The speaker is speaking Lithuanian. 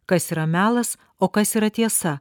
kas yra melas o kas yra tiesa